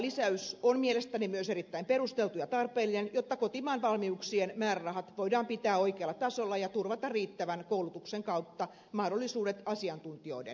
määrärahalisäys on mielestäni myös erittäin perusteltu ja tarpeellinen jotta kotimaan valmiuksien määrärahat voidaan pitää oikealla tasolla ja turvata riittävän koulutuksen kautta mahdollisuudet asiantuntijoiden lähettämiseen